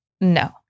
No